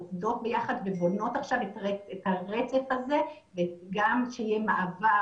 שעובדות ביחד ובונות עכשיו את הרצף הזה וגם שיהיה מעבר,